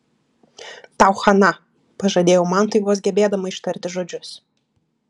tau chana pažadėjau mantui vos gebėdama ištarti žodžius